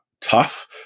tough